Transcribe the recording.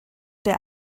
der